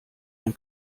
ein